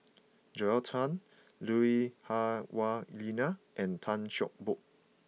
Joel Tan Lui Hah Wah Elena and Tan Cheng Bock